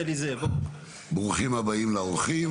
ברוכים הבאים לאורחים